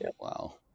Wow